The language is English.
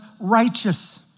righteous